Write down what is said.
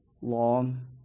long